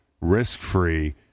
risk-free